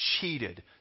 cheated